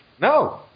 No